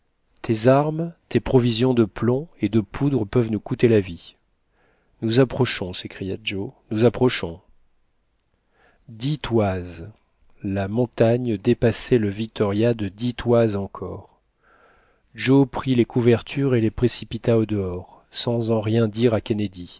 tes armes tes provisions de plomb et de poudre peuvent nous coûter la vie nous approchons s'écria joe nous approchons dix toises la montagne dépassait le victoria de dix toises encore joe prit les couvertures et les précipita au dehors sans en rien dire à kennedy